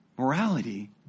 Morality